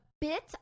bit